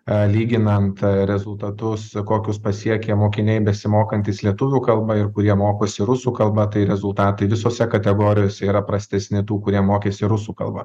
lyginant rezultatus kokius pasiekia mokiniai besimokantys lietuvių kalba ir kurie mokosi rusų kalba tai rezultatai visose kategorijose yra prastesni tų kurie mokėsi rusų kalba